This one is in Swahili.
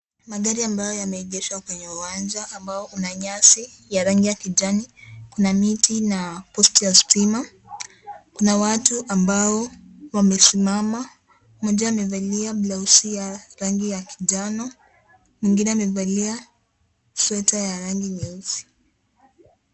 Magari ambayo yameegeshwa kwenye uwanja ambao una nyasi ya rangi ya kijani. Kuna miti na posti ya stima, kuna watu ambao wamesimama, mmoja amevalia blausi ya rangi ya kijani, mwingine amevalia sweta ya rangi nyeusi.